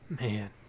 man